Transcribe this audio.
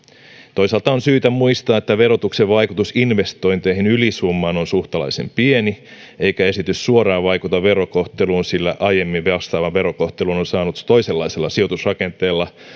toisaalta on syytä muistaa että verotuksen vaikutus investointeihin ylisummaan on kohtalaisen pieni eikä esitys suoraan vaikuta verokohteluun sillä aiemmin vastaavan verokohtelun on saanut toisenlaisella sijoitusrakenteella